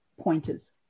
pointers